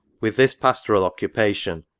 with this pastoral occupation,